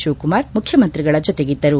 ಶಿವಕುಮಾರ್ ಮುಖ್ಯಮಂತ್ರಿಗಳ ಜೊತೆಗಿದ್ದರು